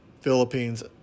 Philippines